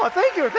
ah thank you,